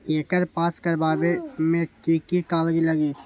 एकर पास करवावे मे की की कागज लगी?